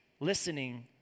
Listening